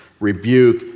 Rebuke